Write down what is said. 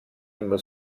immer